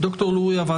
ד"ר לוריא.